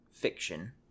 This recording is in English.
Fiction